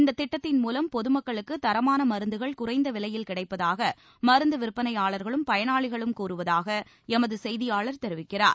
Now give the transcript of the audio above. இந்தத் திட்டம் மூலம் பொதுமக்களுக்கு தரமான மருந்துகள் குறைந்த விலையில் கிடைப்பதாக மருந்து விற்பனையாளர்களும் பயனாளிகளும் கூறுவதாக எமது செய்தியாளர் தெரிவிக்கிறார்